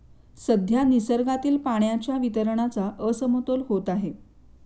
सध्या निसर्गातील पाण्याच्या वितरणाचा असमतोल होत आहे